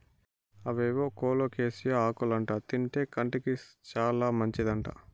అవేవో కోలోకేసియా ఆకులంట తింటే కంటికి చాలా మంచిదంట